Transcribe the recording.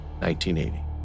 1980